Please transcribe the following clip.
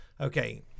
Okay